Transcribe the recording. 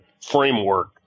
framework